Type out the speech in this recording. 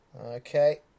okay